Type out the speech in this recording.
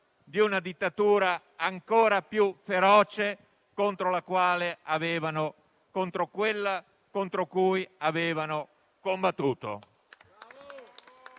di una dittatura ancora più feroce, contro la quale avevano combattuto.